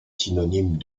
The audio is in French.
synonyme